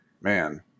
man